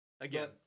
Again